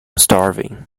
starving